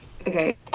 Okay